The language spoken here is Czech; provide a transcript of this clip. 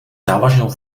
závažnou